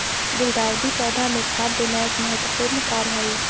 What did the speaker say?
गुलदाऊदी पौधा मे खाद देना एक महत्वपूर्ण कार्य हई